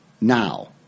now